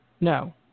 no